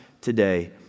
today